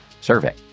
survey